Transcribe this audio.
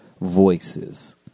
voices